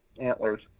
antlers